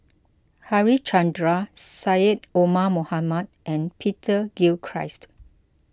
Harichandra Syed Omar Mohamed and Peter Gilchrist